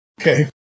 Okay